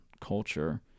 culture